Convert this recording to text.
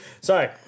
sorry